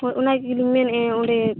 ᱦᱳᱭ ᱚᱱᱟᱜᱮᱞᱤᱧ ᱢᱮᱱᱮᱫᱼᱟ ᱚᱸᱰᱮ